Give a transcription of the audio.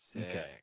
Okay